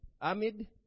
Amid